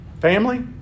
Family